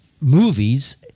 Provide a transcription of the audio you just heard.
movies